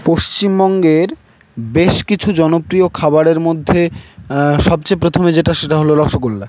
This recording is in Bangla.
পশ্চিমবঙ্গের বেশ কিছু জনপ্রিয় খাবারের মধ্যে সবচেয়ে প্রথমে যেটা সেটা হলো রসগোল্লা